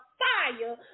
fire